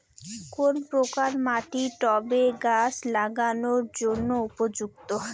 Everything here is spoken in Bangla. কোন প্রকার মাটি টবে গাছ লাগানোর জন্য উপযুক্ত?